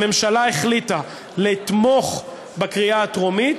הממשלה החליטה לתמוך בקריאה הטרומית,